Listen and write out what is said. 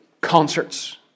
concerts